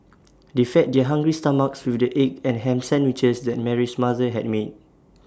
they fed their hungry stomachs with the egg and Ham Sandwiches that Mary's mother had made